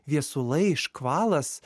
viesulai škvalas